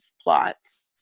plots